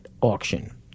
auction